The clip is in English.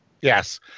Yes